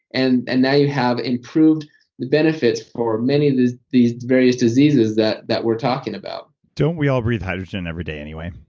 and and now you have improved benefits for many of these these various diseases that that we're talking about don't we all breathe hydrogen everyday anyway?